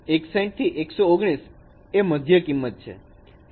61 થી 119 એ મધ્ય કિંમત છે